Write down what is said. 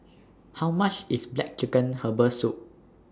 How much IS Black Chicken Herbal Soup